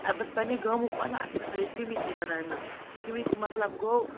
اَ بہ چھَس پنٛنہِ گامُک وَنان اَسہِ چھ آسان ییٚتہِ کمِیٹی بَنایمٕژ کمِیٹی مطلب گوٚو